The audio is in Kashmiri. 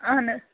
اَہَن حظ